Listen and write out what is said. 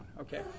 okay